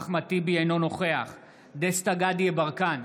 אינו נוכח דסטה גדי יברקן,